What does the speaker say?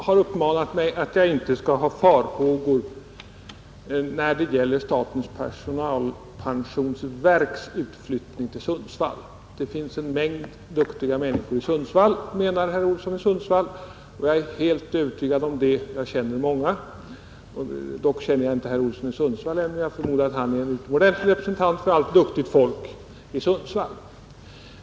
Herr talman! Herr Olsson i Sundsvall har uppmanat mig att inte hysa några farhågor när det gäller statens personalpensionsverks utflyttning till Sundsvall. Det finns en mängd duktiga människor i Sundsvall, menar herr Olsson i Sundsvall. Jag är helt övertygad om det; jag känner många. Och även om jag inte känner herr Olsson i Sundsvall ännu, förmodar jag att han är en utomordentlig representant för allt duktigt folk i Sundsvall.